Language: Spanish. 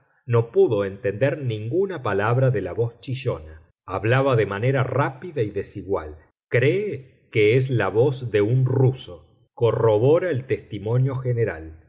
no pudo entender ninguna palabra de la voz chillona hablaba de manera rápida y desigual cree que es la voz de un ruso corrobora el testimonio general